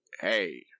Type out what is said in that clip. hey